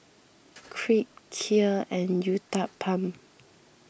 Crepe Kheer and Uthapam